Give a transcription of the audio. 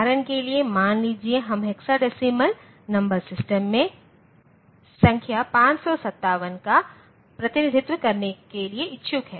उदाहरण के लिए मान लें कि हम हेक्साडेसिमल नंबर सिस्टम में संख्या 557 का प्रतिनिधित्व करने के लिए इच्छुक हैं